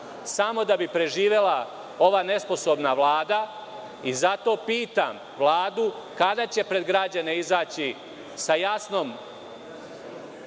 samo da bi preživela ova nesposobna vlada. Zato pitam Vladu kada će pred građane izaći sa jasnim